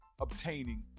obtaining